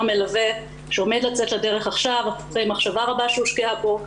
מלווה שעומד לצאת לדרך עכשיו במחשבה רבה שהושקעה פה,